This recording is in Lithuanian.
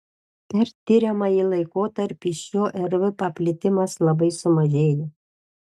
per tiriamąjį laikotarpį šio rv paplitimas labai sumažėjo